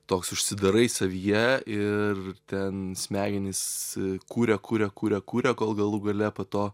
toks užsidarai savyje ir ten smegenys kuria kuria kuria kuria kol galų gale po to